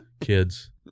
kids